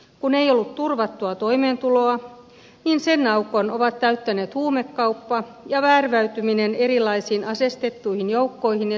kun ei ollut turvattua toimeentuloa niin sen aukon ovat täyttäneet huumekauppa ja värväytyminen erilaisiin aseistettuihin joukkoihin ja sissiryhmiin